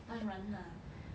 当然 lah